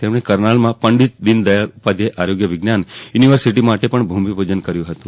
તેમણે કરનાલમાં પંડીત દીનદયાળ ઉપાધ્યાય આરોગ્ય વિજ્ઞાન યુનિવર્સિટી માટે પણ ભૂમિપુજન કર્યું હતું